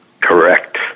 Correct